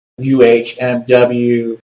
UHMW